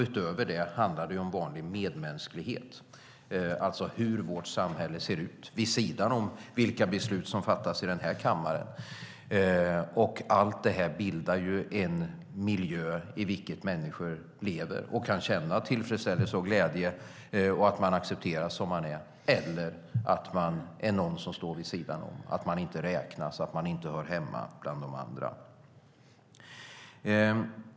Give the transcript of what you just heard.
Utöver det handlar det om vanlig medmänsklighet, det vill säga hur vårt samhälle ser ut vid sidan av de beslut som fattas här i kammaren. Allt detta bildar en miljö som människor lever i och kan känna tillfredsställelse och glädje i för att man accepteras som man är. Det kan också vara en miljö där man är någon som står vid sidan om och inte räknas och inte hör hemma bland de andra.